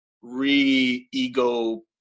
re-ego